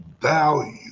value